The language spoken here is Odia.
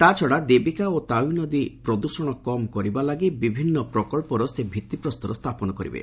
ତାଛଡ଼ା ଦେବୀକା ଓ ତାୱି ନଦୀ ପ୍ରଦ୍ଷଣ କମ୍ କରିବା ପାଇଁ ବିଭିନ୍ନ ପ୍ରକ୍ସ ସେ ଭିଭିପ୍ରସ୍ତର ସ୍ଥାପନ କରିବେ